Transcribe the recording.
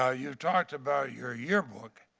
ah you talked about your yearbook